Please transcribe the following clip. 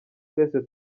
twese